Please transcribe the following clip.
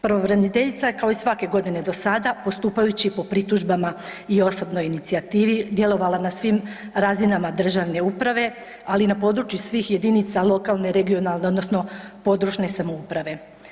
Pravobraniteljica je kao i svake godine do sada postupajući po pritužbama i osobnoj inicijativi djelovala na svim razinama državne uprave ali i na području svih jedinica lokalne, regionalne odnosno područne samouprave.